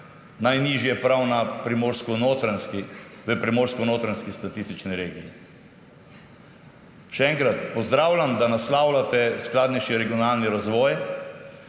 najnižje prav v primorsko-notranjski statistični regiji … Še enkrat, pozdravljam, da naslavljate skladnejši regionalni razvoj.